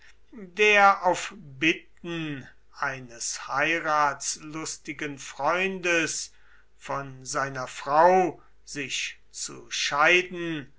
der auf bitten eines heiratslustigen freundes von seiner frau sich zu scheiden